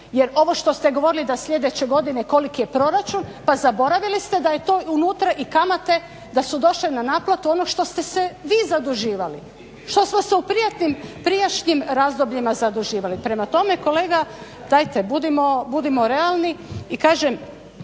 jer ovo što ste govorili da sljedeće godine koliki je proračun pa zaboravili ste da je to unutra i kamate da su došle na naplatu ono što ste se vi zaduživali što smo se u prijašnjim razdobljima zaduživali. Prema tome kolega dajte budimo realni i kažem